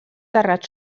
terrat